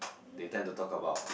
they tend to talk about